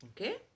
Okay